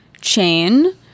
chain